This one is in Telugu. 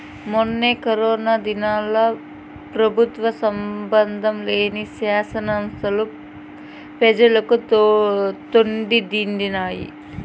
మొన్న కరోనా దినాల్ల పెబుత్వ సంబందం లేని శానా సంస్తలు పెజలకు తోడుండినాయి